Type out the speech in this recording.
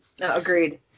Agreed